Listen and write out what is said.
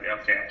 okay